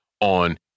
on